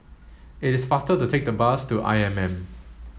it is faster to take the bus to I M M